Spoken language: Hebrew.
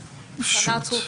בשרשרת, אחד הסננים.